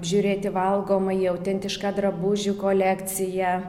apžiūrėti valgomąjį autentišką drabužių kolekciją